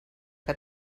que